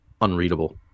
unreadable